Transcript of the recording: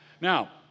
Now